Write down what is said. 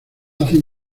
hacen